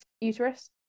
uterus